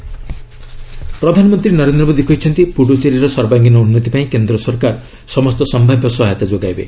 PM Puducherry ପ୍ରଧାନମନ୍ତ୍ରୀ ନରେନ୍ଦ୍ର ମୋଦି କହିଛନ୍ତି ପୁଡ଼ୁଚେରୀର ସର୍ବାଙ୍ଗୀନ ଉନ୍ନତି ପାଇଁ କେନ୍ଦ୍ର ସରକାର ସମସ୍ତ ସମ୍ଭାବ୍ୟ ସହାୟତା ଯୋଗାଇବେ